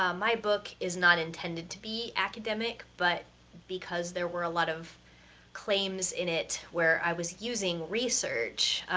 um my book is not intended to be academic, but because there were a lot of claims in it where i was using research,